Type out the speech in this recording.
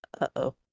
Uh-oh